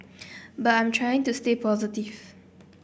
but I'm trying to stay positive